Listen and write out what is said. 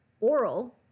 oral